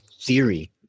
theory